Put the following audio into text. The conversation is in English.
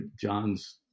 John's